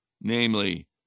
namely